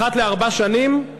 אחת לארבע שנים,